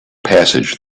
passage